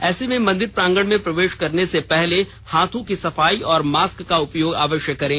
ऐसे में मंदिर प्रांगण में प्रवेश करने से पहले हाथों की सफाई और मास्क का उपयोग अवश्यक करें